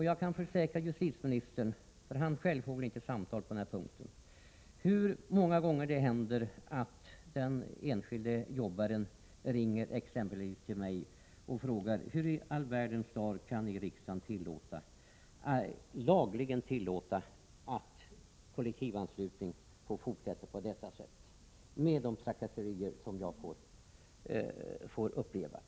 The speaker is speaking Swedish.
Jag kan försäkra justitieministern — han får väl själv inte samtal om den saken — att det många gånger händer att den enskilde jobbaren ringer till exempelvis mig och frågar: Hur i all världen kan ni i riksdagen lagligen tillåta att kollektivanslutningen får fortsätta på detta sätt, med de trakasserier som jag får uppleva?